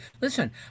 listen